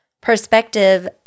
perspective